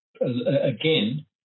again